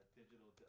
digital